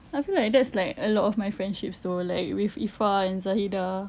I feel like that's like a lot of my friendships though like with irfan zahidah